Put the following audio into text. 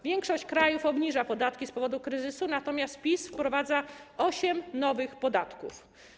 Większość krajów obniża podatki z powodu kryzysu, natomiast PiS wprowadza osiem nowych podatków.